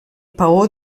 paó